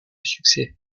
succès